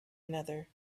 another